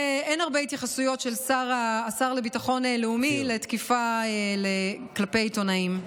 אין הרבה התייחסויות של השר לביטחון לאומי לתקיפה כלפי עיתונאים,